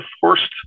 forced